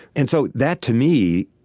and so that, to me,